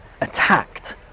attacked